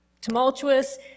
tumultuous